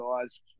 guys